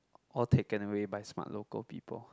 all taken away by smart local people